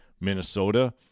Minnesota